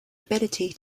ability